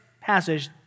passage